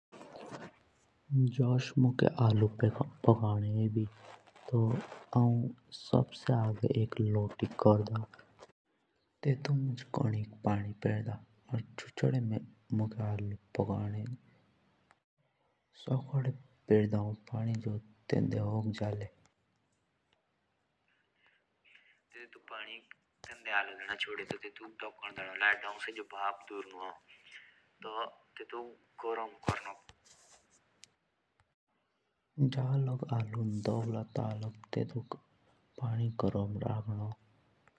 जुस मुणख़े आलु पोकाणे एभी तो हौं एक लोटी कोरदा सॉबसे आगे तो तेंदो कोनी पानी परलेरदा। और तेतके बाद तेंदे आलु छोड़दा। तो तेतोक ता लाग गर्म कोरदा जा लाग पाकणे नु से।